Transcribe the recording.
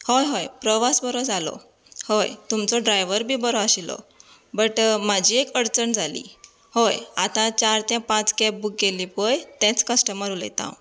हय हय प्रवास बरो जालो हय तुमचो ड्रायव्हर बी बरो आशिल्लो बट म्हाजी एक अडचण जाली हय आतां चार ते पांच कॅब बुक केल्ली पळय तेंच कस्टमर उलयतां हांव